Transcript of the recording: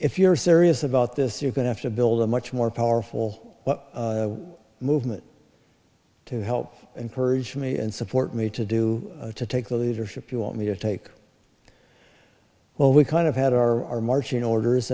if you're serious about this you're going to have to build a much more powerful movement to help encourage me and support me to do to take the leadership you want me to take well we kind of had our marching orders